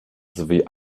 sowie